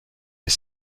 est